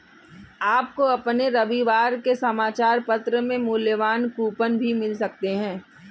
आपको अपने रविवार के समाचार पत्र में मूल्यवान कूपन भी मिल सकते हैं